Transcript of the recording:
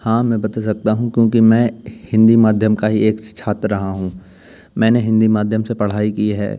हाँ मैं बता सकता हूँ क्योंकि मैं हिन्दी माध्यम का ही एक छात्र रहा हूँ मैंने हिन्दी माध्यम से पढ़ाई की है